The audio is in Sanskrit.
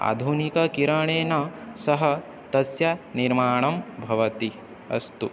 आधुनिकीकरणेन सह तस्य निर्माणं भवति अस्तु